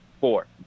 Four